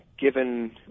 given